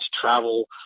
travel